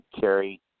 Carrie